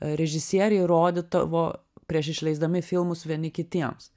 režisieriai rodydavo prieš išleisdami filmus vieni kitiems